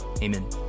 Amen